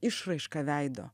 išraišką veido